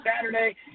Saturday